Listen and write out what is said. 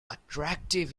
attractive